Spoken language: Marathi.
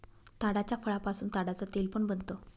ताडाच्या फळापासून ताडाच तेल पण बनत